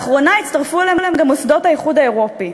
לאחרונה הצטרפו אליהן גם מוסדות האיחוד האירופי.